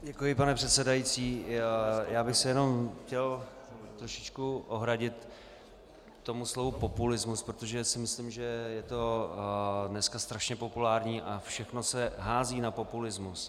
Děkuji, pane předsedající, já bych se jenom chtěl trošičku ohradit proti tomu slovu populismus, protože si myslím, že je to dneska strašně populární a všechno se hází na populismus.